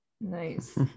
nice